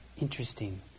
Interesting